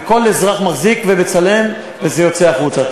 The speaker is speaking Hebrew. וכל אזרח מחזיק ומצלם, וזה יוצא החוצה.